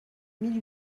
mille